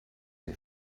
wir